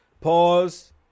pause